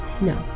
No